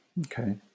okay